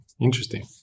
interesting